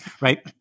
right